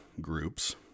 groups